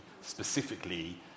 specifically